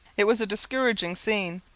it was a discouraging scene.